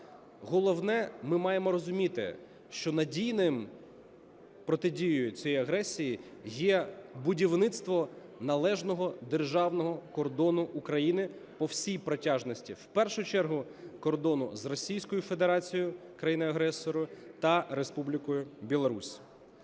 Головне, ми маємо розуміти, що надійною протидією цієї агресії є будівництво належного державного кордону України по всій протяжності, в першу чергу кордону з Російською Федерацією, країною-агресором, та Республікою Білорусь.